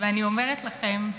ואני אומרת לכם,